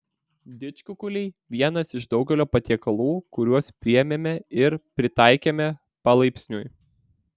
didžkukuliai vienas iš daugelio patiekalų kuriuos priėmėme ir pritaikėme palaipsniui